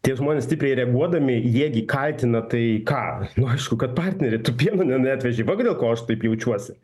tie žmonės stipriai reaguodami jie gi kaltina tai ką nu aišku kad partnerį tu pieno nu neatvežei va dėl ko aš taip jaučiuosi